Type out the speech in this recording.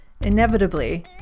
inevitably